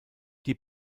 die